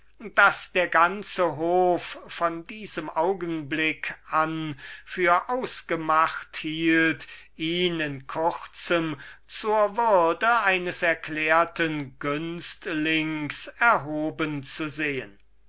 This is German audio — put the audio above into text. daß der ganze hof von diesem augenblick an für ausgemacht hielt ihn in kurzem zur würde eines erklärten günstlings erhoben zu sehen